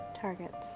targets